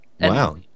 Wow